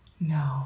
No